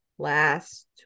Last